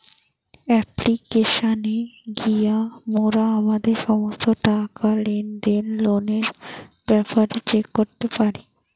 অ্যাপ্লিকেশানে গিয়া মোরা আমাদের সমস্ত টাকা, লেনদেন, লোনের ব্যাপারে চেক করতে পারি